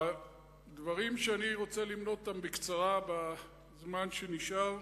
הדברים שאני רוצה למנות אותם בקצרה, בזמן שנשאר,